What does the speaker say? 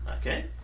Okay